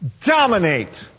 dominate